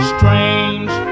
Strange